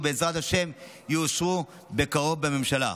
ובעזרת השם יאושרו בקרוב בממשלה.